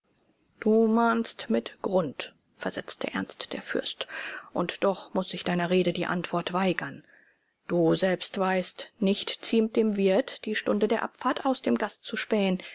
du mahnst mit grund versetzte ernst der fürst und doch muß ich deiner rede die antwort weigern du selbst weißt nicht ziemt dem wirt die stunde der abfahrt aus dem gast zu spähen